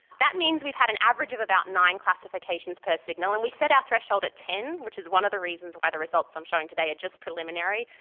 that means we've had an average of about nine classifications per signal and we set our threshold at ten, which is one of the reasons why the results i'm showing today are just preliminary.